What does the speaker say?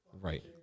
Right